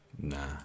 Nah